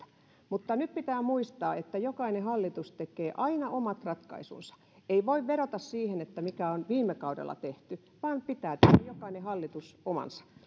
mutta nyt pitää muistaa että jokainen hallitus tekee aina omat ratkaisunsa ei voi vedota siihen mitä on viime kaudella tehty vaan pitää tehdä jokaisen hallituksen omansa